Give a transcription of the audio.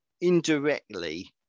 indirectly